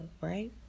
right